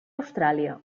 austràlia